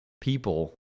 people